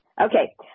Okay